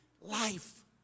life